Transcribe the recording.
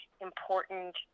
important